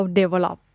develop